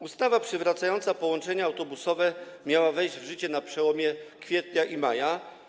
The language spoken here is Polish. Ustawa przywracająca połączenia autobusowe miała wejść w życie na przełomie kwietnia i maja.